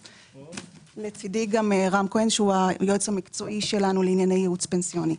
לצדי רם כהן שהוא היועץ המקצועי שלנו לענייני ייעוץ פנסיוני.